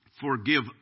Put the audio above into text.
forgive